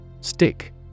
Stick